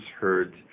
heard